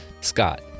scott